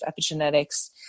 epigenetics